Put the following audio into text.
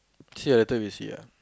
see ah later we'll see ah